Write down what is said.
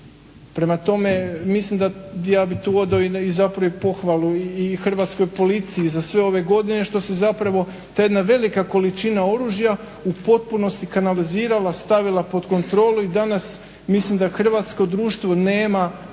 Prema tome mislim da, ja bi tu odao i zapravo i pohvalu i hrvatskoj policiji za sve ove godine što se zapravo ta jedna velika količina oružja u potpunosti kanalizirala, stavila pod kontrolu i danas mislim da hrvatsko društvo nema